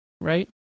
right